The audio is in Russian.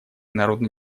народно